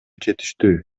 жетиштүү